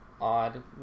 odd